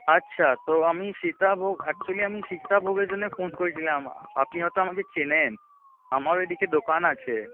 আচ্ছা তো আমি সীতাভোগ অ্যাকচুয়েলি আমি সীতাভোগের জন্যে ফোন করেছিলাম আপনি হয়ত আমাকে চেনেন আমার ওইদিকে দোকান আছে